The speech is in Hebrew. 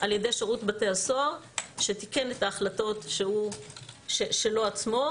על ידי שירות בתי הסוהר שתיקן את ההחלטות שלו עצמו,